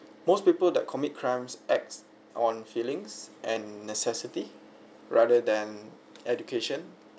most people that commit crimes acts on feelings and necessity rather than education